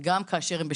וגם כאשר הם בשרות,